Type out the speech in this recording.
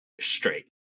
straight